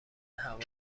هوا